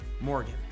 Morgan